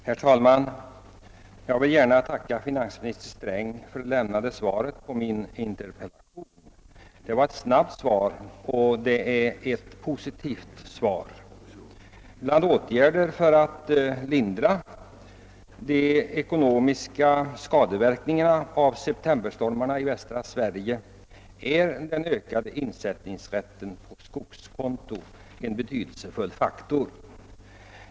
Herr talman! Jag vill tacka finansminister Sträng för svaret på min interpellation. Det var ett snabbt och positivt svar. Bland de åtgärder som kan lindra de ekonomiska skadeverkningarna av septemberstormarna i västra Sverige är en ökad rätt till insättning på skogskonto en betydelsefull faktor.